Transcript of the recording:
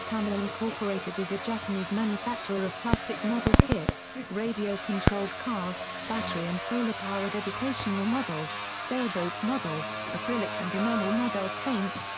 tamiya incorporated is a japanese manufacturer of plastic model kits, radio controlled cars, battery and solar-powered educational models, sailboat models, acrylic and enamel model paints,